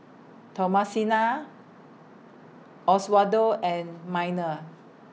Thomasina Oswaldo and Minor